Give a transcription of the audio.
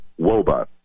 WOBA